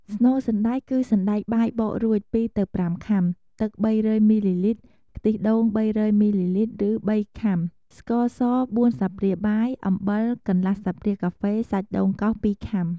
ស្នូលសណ្តែក គឺសណ្ដែកបាយបករួច ២ ទៅ ៥ ខាំ ទឹក ៣០០ មីលីលីត្រ ខ្ទះដូង ៣០០ មីលីលីត្រ រឺ ៣ ខាំ ស្ករស ៤ ស្លាបព្រាបាយ អំបិល កន្លះ ស្លាបព្រាកាហ្វេ សាច់ដូងកោស ២ ខាំ។